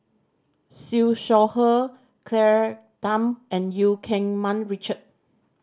Siew Shaw Her Claire Tham and Eu Keng Mun Richard